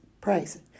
price